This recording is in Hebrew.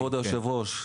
כבוד היושב-ראש,